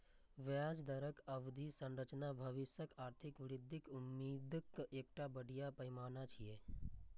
ब्याज दरक अवधि संरचना भविष्यक आर्थिक वृद्धिक उम्मीदक एकटा बढ़िया पैमाना छियै